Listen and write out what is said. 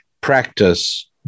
practice